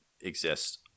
exist